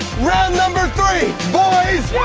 round number three, boys.